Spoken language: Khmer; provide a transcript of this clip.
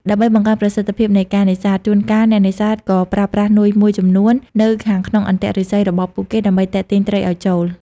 ដើម្បីបង្កើនប្រសិទ្ធភាពនៃការនេសាទ ជួនកាលអ្នកនេសាទក៏ប្រើប្រាស់នុយមួយចំនួននៅខាងក្នុងអន្ទាក់ឫស្សីរបស់ពួកគេដើម្បីទាក់ទាញត្រីឲ្យចូល។